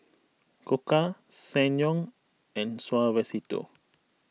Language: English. Koka Ssangyong and Suavecito